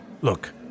Look